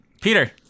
Peter